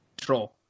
control